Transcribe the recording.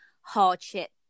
hardship